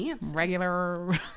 regular